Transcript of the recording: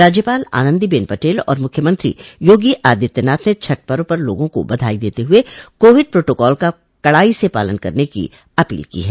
राज्यपाल आनन्दी बेन पटेल और मुख्यमंत्री योगी आदित्यनाथ ने छठ पर्व पर लोगों को बधाई देते हुए कोविड प्रोटोकॉल का कड़ाई से पालन करने की अपील की है